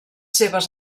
seves